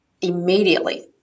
immediately